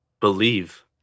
Believe